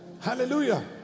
hallelujah